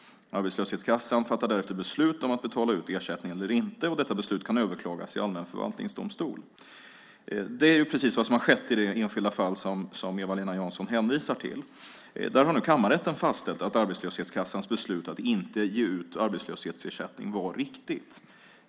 Arbetslöshetskassan fattar därefter beslut om att betala ut ersättning eller inte. Detta beslut kan överklagas i allmän förvaltningsdomstol. Det är precis vad som har skett i det enskilda fall som Eva-Lena Jansson hänvisar till. Där har nu kammarrätten fastställt att arbetslöshetskassans beslut att inte ge ut arbetslöshetsersättning var riktigt.